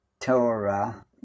Torah